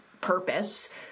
purpose